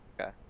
okay